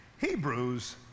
Hebrews